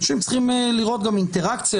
אנשים צריכים גם לראות אינטראקציה,